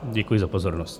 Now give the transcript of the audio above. Děkuji za pozornost.